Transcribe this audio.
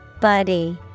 Buddy